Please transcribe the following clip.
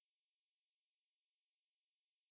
没有时间来做别的事